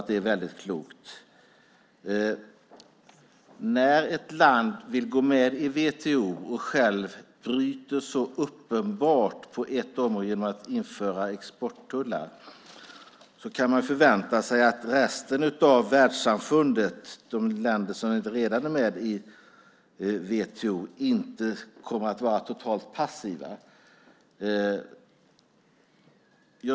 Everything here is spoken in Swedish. Det är klokt. När ett land vill gå med i WTO och självt bryter så uppenbart på ett område genom att införa exporttullar, kan man förvänta sig att resten av världssamfundet - de länder som inte redan är med i WTO - inte kommer att vara totalt passiva.